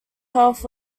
health